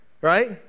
Right